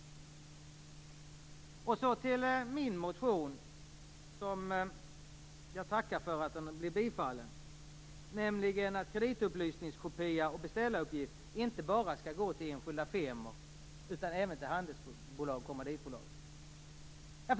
Till min motion - jag tackar för att den tillstyrkts - som handlar om att kreditupplysningskopia och beställaruppgift inte bara skall gå till enskilda firmor, utan även till handelsbolag och kommanditbolag.